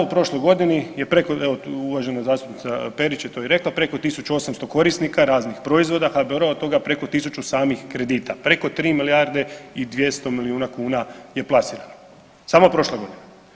U prošloj godini uvažena zastupnica Perić je to i rekla preko 1800 korisnika raznih proizvoda, HBOR od toga preko tisuću samih kredita, preko 3 milijarde i 300 milijuna kuna je plasirano samo prošle godine.